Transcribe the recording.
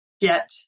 get